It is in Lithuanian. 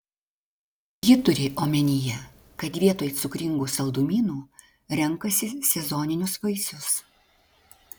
ji turi omenyje kad vietoj cukringų saldumynų renkasi sezoninius vaisius